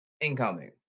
incoming